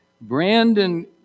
Brandon